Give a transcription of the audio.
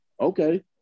Okay